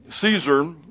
Caesar